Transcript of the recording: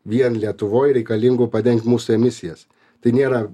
vien lietuvoj reikalingų padengt mūsų emisijas tai nėra